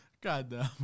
Goddamn